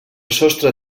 sostre